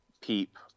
peep